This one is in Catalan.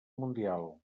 mundial